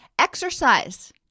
Exercise